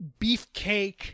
beefcake